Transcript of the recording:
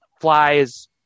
flies